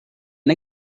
and